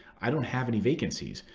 i don't have any vacancies.